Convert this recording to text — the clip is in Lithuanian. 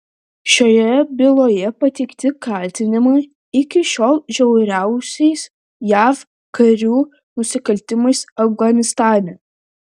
šioje byloje pateikti kaltinimai iki šiol žiauriausiais jav karių nusikaltimais afganistane